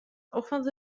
أفضل